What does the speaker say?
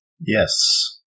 Yes